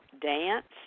dance